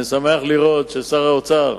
אני שמח לראות ששר האוצר